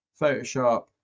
Photoshop